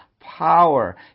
power